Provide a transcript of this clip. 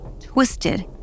twisted